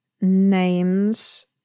names